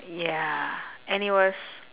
ya and it was